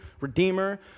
redeemer